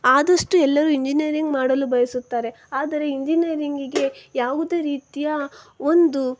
ಆದಷ್ಟು ಎಲ್ಲರೂ ಇಂಜಿನಿಯರಿಂಗ್ ಮಾಡಲು ಬಯಸುತ್ತಾರೆ ಆದರೆ ಇಂಜಿನಿಯರಿಂಗಿಗೆ ಯಾವುದೇ ರೀತಿಯ ಒಂದು